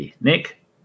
Nick